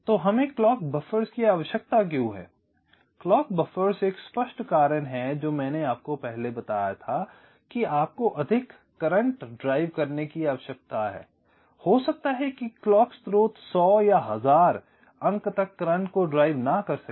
तो हमें clock buffers की आवश्यकता क्यों है क्लॉक बफ़र्स एक स्पष्ट कारण है जो मैंने आपको पहले बताया था कि आपको अधिक करंट ड्राइव करने की आवश्यकता है हो सकता है कि क्लॉक स्रोत 100 या 1000 अंक तक करंट को ड्राइव न कर सके